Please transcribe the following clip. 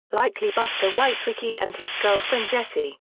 likely buster witwicky and his girlfriend jesse.